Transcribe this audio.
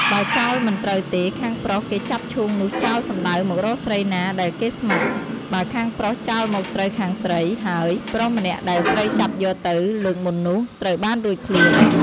បើចោលមិន ត្រូវទេ ខាងប្រុសគេចាប់ឈូងនោះចោលសំដៅមករកស្រីណាដែលគេស្ម័គ្រ បើខាងប្រុសចោលមកត្រូវខាងស្រី ហើយ ប្រុសម្នាក់ដែលស្រីចាប់យកទៅលើកមុននោះ ត្រូវបានរួចខ្លួន។